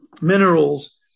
minerals